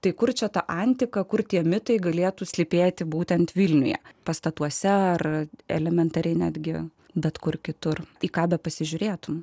tai kur čia ta antika kur tie mitai galėtų slypėti būtent vilniuje pastatuose ar elementariai netgi bet kur kitur kaba pasižiūrėtumei